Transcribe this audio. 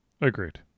Agreed